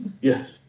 Yes